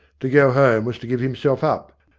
to go home was to give himself up.